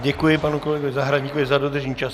Děkuji panu kolegovi Zahradníkovi za dodržení času.